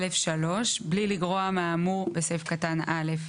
(א3) בלי לגרוע מהאמור בסעיף קטן (א),